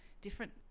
different